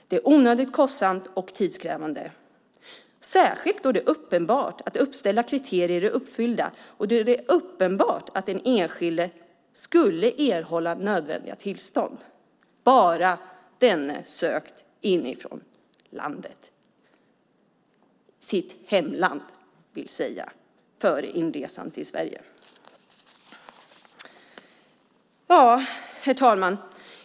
Det är onödigt kostsamt och tidskrävande, särskilt då det är uppenbart att uppställda kriterier är uppfyllda och att den enskilde skulle erhålla nödvändiga tillstånd - bara denne sökt från sitt hemland före inresan till Sverige. Herr talman!